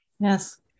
Yes